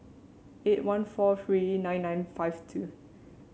eight one four three nine nine five two